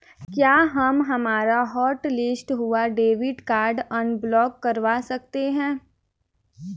क्या हम हमारा हॉटलिस्ट हुआ डेबिट कार्ड अनब्लॉक करवा सकते हैं?